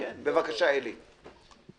בבקשה, עלי בינג.